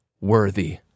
worthy